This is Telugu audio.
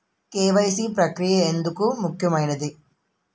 కే.వై.సీ ప్రక్రియ ఎందుకు ముఖ్యమైనది?